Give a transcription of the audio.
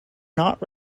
not